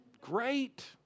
Great